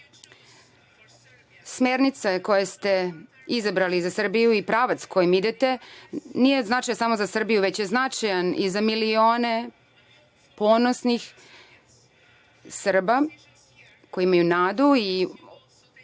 koje ste izabrali za Srbiju i pravac kojim idete nije značajan samo za Srbiju, već je značajan i za milione ponosnih Srba koji imaju nadu i vaše